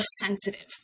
sensitive